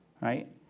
right